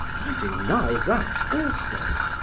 i deny that also.